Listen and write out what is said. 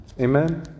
Amen